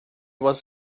was